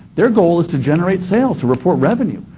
their goal is to generate sales, to report revenue.